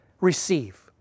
receive